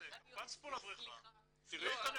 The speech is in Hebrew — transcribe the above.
את קפצת פה לבריכה, תראי את הנתונים.